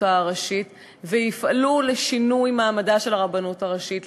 הראשית ויפעלו לשינוי מעמדה של הרבנות הראשית,